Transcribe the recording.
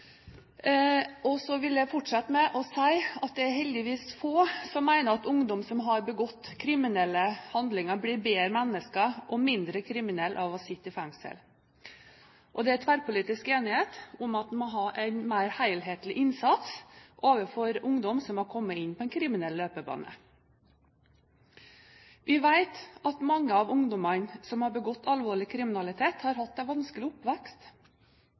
komiteen. Så vil jeg fortsette med å si at det er heldigvis få som mener at ungdom som har begått kriminelle handlinger, blir bedre mennesker og mindre kriminelle av å sitte i fengsel. Det er tverrpolitisk enighet om at vi må ha en mer helhetlig innsats overfor ungdom som har kommet inn på en kriminell løpebane. Vi vet at mange av ungdommene som har begått alvorlig kriminalitet, har hatt en vanskelig oppvekst.